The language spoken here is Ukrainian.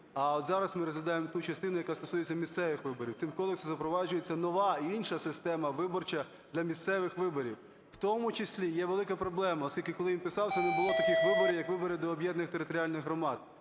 А от зараз ми розглядаємо ту частину, яка стосується місцевих виборів. Цим кодексом запроваджується нова, інша система виборча для місцевих виборів. В тому числі є велика проблема. Оскільки, коли він писався, не було таких виборів як вибори до об'єднаних територіальних громад